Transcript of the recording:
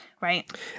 Right